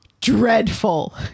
dreadful